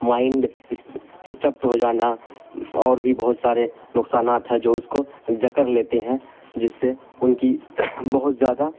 mind اسٹپٹ ہو جانا اور بھی بہت سارے نقصانات ہیں جو اس کو جکڑ لیتے ہیں جس سے ان کی بہت زیادہ